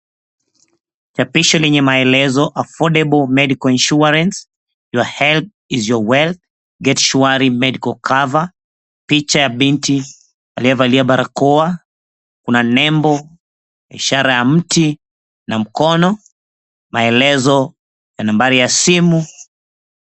Chapisho lenye maelezo Affordable medical insurance, your health is your wealth get sure medical cover picha ya binti aliyevalia barakoa, kuna nembo ishara ya mti na mkono, maelezo na nambari ya simu.